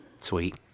Sweet